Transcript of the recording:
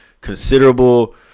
considerable